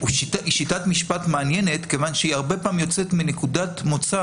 שיטת משפט מעניינת כיוון שהרבה פעמים היא יוצאת מנקודת מוצא